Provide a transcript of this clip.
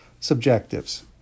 subjectives